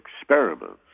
experiments